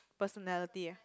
personality eh